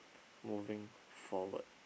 moving forward